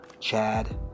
Chad